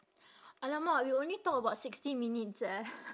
!alamak! we only talk about sixteen minutes eh